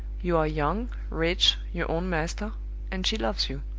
you are young, rich, your own master and she loves you.